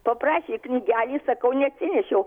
paprašė knygelės sakau neatsinešiau